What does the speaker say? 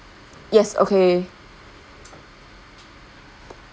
yes okay